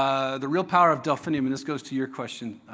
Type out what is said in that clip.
the real power of delphinium, and this goes to your question,